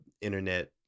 internet